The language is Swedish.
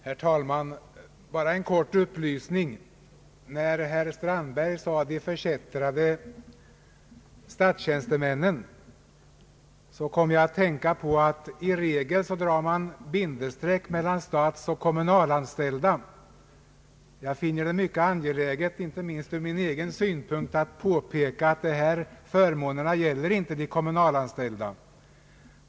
Herr talman! Bara en kort upplysning! När herr Strandberg sade »de förkättrade statstjänstemännen» kom jag att tänka på att man i regel sätter likhetstecken mellan statsoch kommunalanställda. Jag finner det därför angeläget, inte minst från min egen synpunkt, att påpeka att de här förmånerna inte gäller de kommunalanställ da.